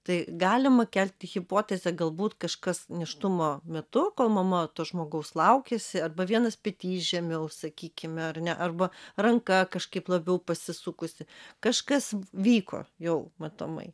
tai galima kelti hipotezę galbūt kažkas nėštumo metu kol mama to žmogaus laukėsi arba vienas petys žemiau sakykime ar ne arba ranka kažkaip labiau pasisukusi kažkas vyko jau matomai